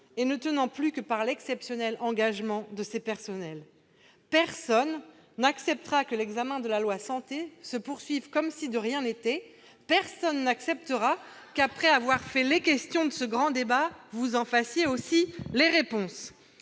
et ne tient plus que grâce à l'exceptionnel engagement de ses personnels. Personne n'acceptera que l'examen de la loi Santé se poursuive comme si de rien n'était. Personne n'acceptera qu'après avoir fait les questions de ce grand débat, vous en fassiez aussi les réponses